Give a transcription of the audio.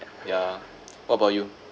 yeah what about you